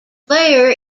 player